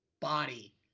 body